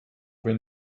wenn